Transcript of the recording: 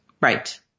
Right